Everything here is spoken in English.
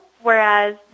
whereas